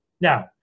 Now